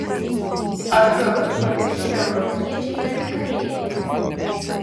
ar karus pamiršę europiečiai radikalėja